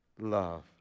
love